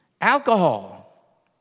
Alcohol